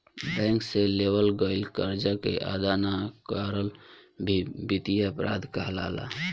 bank से लेवल गईल करजा के अदा ना करल भी बित्तीय अपराध कहलाला